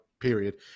period